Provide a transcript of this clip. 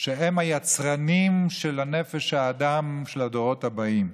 שהם היצרנים של נפש האדם של הדורות הבאים.